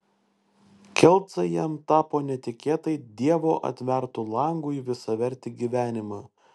kelcai jam tapo netikėtai dievo atvertu langu į visavertį gyvenimą